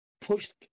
pushed